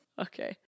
Okay